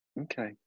okay